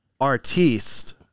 Artiste